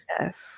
Yes